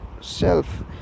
self